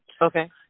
Okay